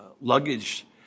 luggage